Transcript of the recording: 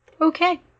okay